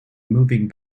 moving